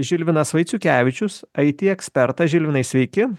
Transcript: žilvinas vaiciukevičius it ekspertas žilvinai sveiki